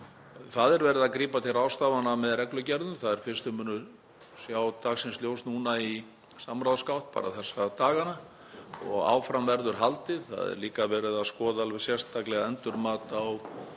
Það er verið að grípa til ráðstafana með reglugerðum. Þær fyrstu munu líta dagsins ljós í samráðsgátt þessa dagana og áfram verður haldið. Það er líka verið að skoða alveg sérstaklega endurmat á